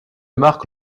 marque